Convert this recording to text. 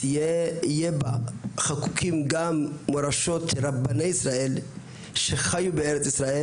יהיו חקוקים בה גם מורשות של רבני ישראל שחיו בארץ ישראל.